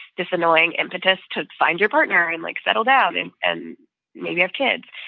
this annoying impetus to find your partner and like settle down and and maybe have kids.